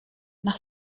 nach